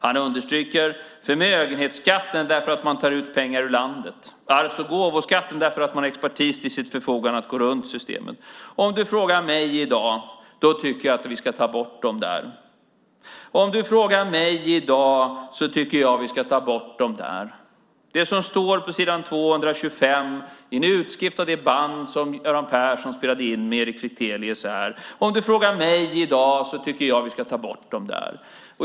Han understryker: Förmögenhetsskatten, därför att man tar ut pengar ur landet, arvs och gåvoskatten, därför att man har expertis till sitt förfogande för att gå runt systemen. Om du frågar mig i dag, tycker jag att vi ska ta bort de där. Det som står på s. 225 i en utskrift av det band som Göran Persson spelade in tillsammans med Erik Fichtelius är: Om du frågar mig i dag, tycker jag att vi ska ta bort de där.